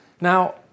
Now